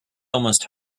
almost